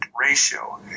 ratio